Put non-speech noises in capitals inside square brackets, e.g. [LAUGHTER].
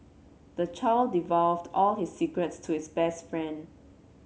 the child [UNINTELLIGIBLE] all his secrets to his best friend